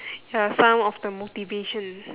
ya some of the motivation